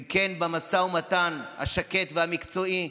וכן במשא ומתן השקט והמקצועי,